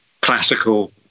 classical